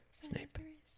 Snape